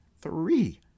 three